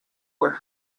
were